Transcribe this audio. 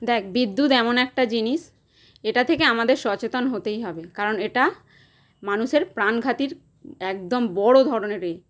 দেখ বিদ্যুৎ এমন একটা জিনিস এটা থেকে আমাদের সচেতন হতেই হবে কারণ এটা মানুষের প্রাণঘাতের একদম বড় ধরনের ইয়ে